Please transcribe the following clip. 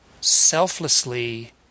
selflessly